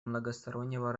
многостороннего